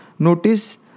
Notice